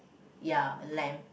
ya lamp